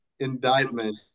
indictment